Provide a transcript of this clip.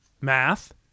math